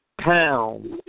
pound